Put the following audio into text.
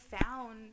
found